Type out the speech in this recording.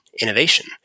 innovation